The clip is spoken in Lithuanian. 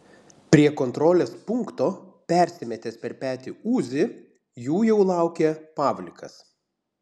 prie kontrolės punkto persimetęs per petį uzi jų jau laukė pavlikas